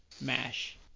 MASH